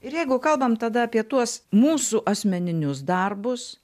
ir jeigu kalbam tada apie tuos mūsų asmeninius darbus